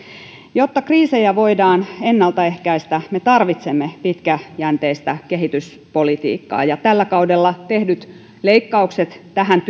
jotta kriisejä voidaan ennalta ehkäistä me tarvitsemme pitkäjänteistä kehityspolitiikkaa ja tällä kaudella tehdyt leikkaukset tähän